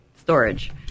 storage